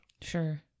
Sure